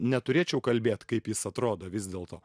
neturėčiau kalbėt kaip jis atrodo vis dėl to